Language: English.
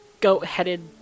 goat-headed